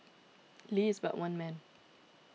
Lee is but one man